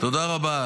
תודה רבה.